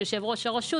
של יושב ראש הרשות,